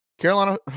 Carolina